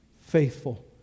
faithful